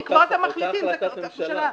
זו החלטת הממשלה.